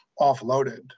offloaded